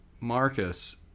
Marcus